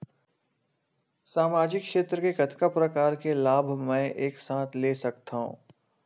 सामाजिक क्षेत्र के कतका प्रकार के लाभ मै एक साथ ले सकथव?